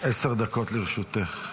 עשר דקות לרשותך.